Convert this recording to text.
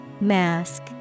Mask